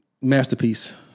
masterpiece